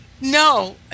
No